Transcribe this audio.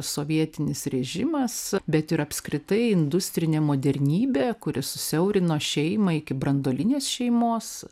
sovietinis režimas bet ir apskritai industrinė modernybė kuri susiaurino šeimą iki branduolinės šeimos